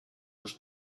was